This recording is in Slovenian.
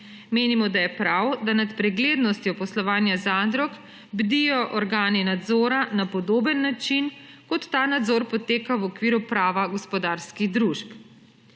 Menimo, da je prav, da nad preglednostjo poslovanja zadrug bdijo organi nadzora na podoben način kot ta nadzor poteka v okviru prava gospodarskih družb.